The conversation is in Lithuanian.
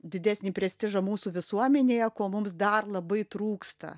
didesnį prestižą mūsų visuomenėje ko mums dar labai trūksta